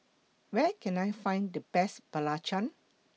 Where Can I Find The Best Belacan